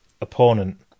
opponent